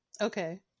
okay